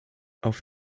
auf